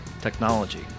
technology